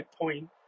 point